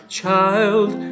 child